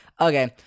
Okay